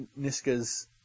Niska's